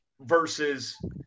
Versus